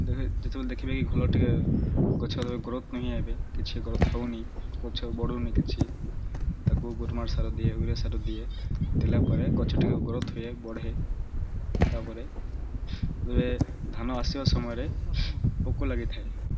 ଦେଖ ଯେତେବେଳେ ଦେଖିବେ କି ଭଲ ଟିକେ ଗଛ ତ ଗ୍ରୋଥ୍ ନୁହେଁ ଏବେ କିଛି ଗ୍ରୋଥ୍ ହଉନି ଗଛ ବଢ଼ୁନି କିଛି ତାକୁ ଗ୍ରୁମର ସାର ଦିଏ ଉରେ ସାର ଦିଏ ଦେଲା ପରେ ଗଛ ଟିକେ ଗ୍ରୋଥ୍ ହୁଏ ବଢ଼େ ତାପରେ ତବେ ଧାନ ଆସିବା ସମୟରେ ପୋକ ଲାଗିଥାଏ